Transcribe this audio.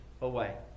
away